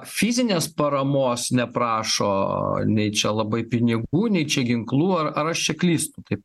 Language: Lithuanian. fizinės paramos neprašo nei čia labai pinigų nei čia ginklų ar ar aš čia klystu taip